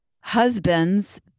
husbands